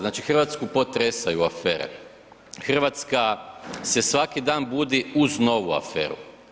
Znači Hrvatsku potresaju afere, Hrvatska se svaki dan budi uz novu aferu.